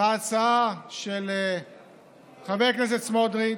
בהצעה של חבר הכנסת סמוטריץ'.